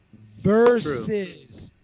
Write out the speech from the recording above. Versus